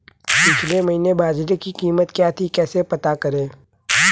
पिछले महीने बाजरे की कीमत क्या थी कैसे पता करें?